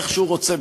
איך שהוא רוצה,